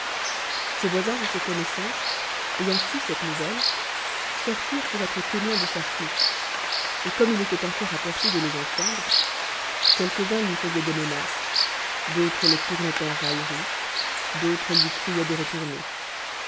ses voisim et ses connaissance ayant sa cette nouvelle sortirent potir être témoins de sa fuite et comme il étoit encore à portée de les entendre quelques-uns lui faisoient des menaces d'autres le tournoient en raiijeræ d'autres lui crioient de retourner